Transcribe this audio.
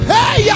Hey